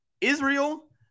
Israel